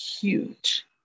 huge